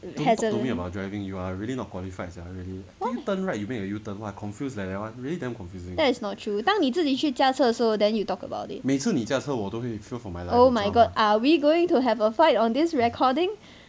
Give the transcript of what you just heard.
hazardous that is not true 当你自己去驾车的时候 then you talk about it oh my god are we going to have a fight on this recording